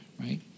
right